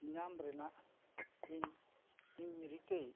ᱧᱟᱢ ᱨᱮᱱᱟᱜ ᱤᱧ ᱤᱧ ᱨᱤᱠᱟᱹᱭᱮᱜᱼᱟ